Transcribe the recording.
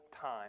time